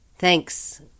Thanks